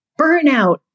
Burnout